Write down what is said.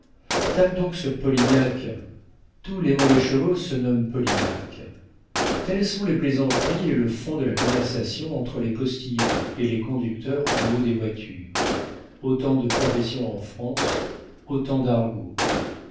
tape donc sur polignac tous les mauvais chevaux se nomment polignac telles sont les plaisanteries et le fond de la conversation entre les postillons et les conducteurs en haut des voitures autant de professions en france autant d'argots